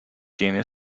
tiene